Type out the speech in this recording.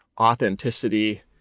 authenticity